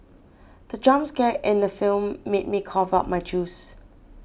the jump scare in the film made me cough out my juice